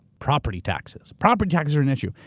property taxes. property taxes are an issue.